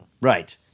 Right